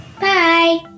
Bye